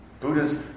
Buddha's